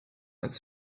als